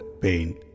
pain